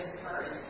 first